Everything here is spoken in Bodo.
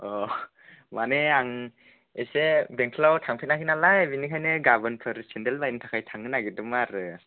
अह माने आं एसे बेंथ'लाव थांफेराखै नालाय बेनिखायनो गाबोनफोर सेन्देल बायनो थाखाय थांनो नागिरदोंमोन आरो